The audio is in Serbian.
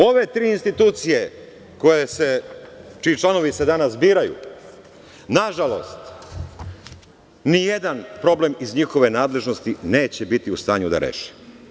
Ove tri institucije, čiji članovi se danas biraju, nažalost nijedan problem iz njihove nadležnosti neće biti u stanju da reše.